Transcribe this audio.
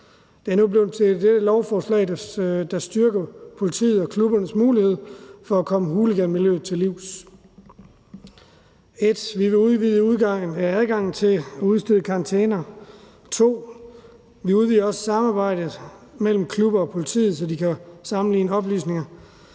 Det har nu udmøntet sig i det her lovforslag, der styrker politiets og klubbernes mulighed for at komme hooliganmiljøet til livs. Som punkt 1 vil vi udvide adgangen til at udstede karantæner. Som punkt 2 vil vi udvide samarbejdet mellem klubberne og politiet, så de kan sammenligne oplysninger.